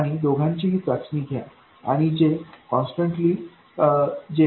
आणि दोघांचीही चाचणी घ्या आणि जे कन्सिस्टन्ट्ली येईल ते पहा